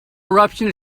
eruption